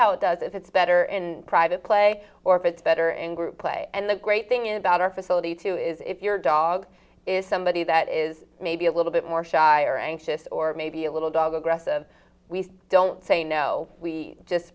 how it does it's better and private play or if it's better and play and the great thing about our facility too is if your dog is somebody that is maybe a little bit more shy or anxious or maybe a little dog aggressive we don't say no we just